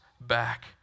back